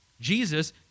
Jesus